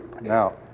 Now